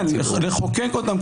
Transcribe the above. לחוקק אותם,